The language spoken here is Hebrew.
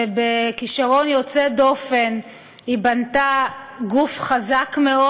ובכישרון יוצא דופן היא בנתה גוף חזק מאוד.